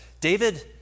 David